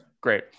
Great